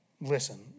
listen